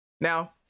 Now